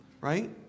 right